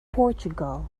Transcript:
portugal